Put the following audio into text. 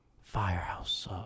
firehouse